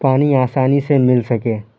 پانی آسانی سے مل سکے